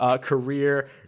career